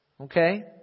Okay